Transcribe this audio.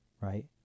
right